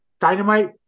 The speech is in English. Dynamite